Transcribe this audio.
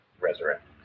Resurrect